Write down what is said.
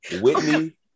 Whitney